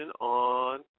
on